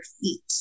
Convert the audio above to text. feet